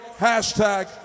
hashtag